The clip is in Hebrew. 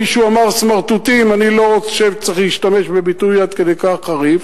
מישהו אמר "סמרטוטים"; אני לא חושב שצריך להשתמש בביטוי עד כדי כך חריף.